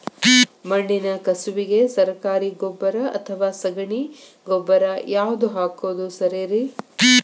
ಮಣ್ಣಿನ ಕಸುವಿಗೆ ಸರಕಾರಿ ಗೊಬ್ಬರ ಅಥವಾ ಸಗಣಿ ಗೊಬ್ಬರ ಯಾವ್ದು ಹಾಕೋದು ಸರೇರಿ?